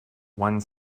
one